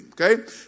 Okay